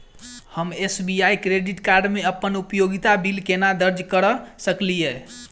हम SBI credit card मे अप्पन उपयोगिता बिल केना दर्ज करऽ सकलिये?